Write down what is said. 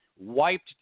wiped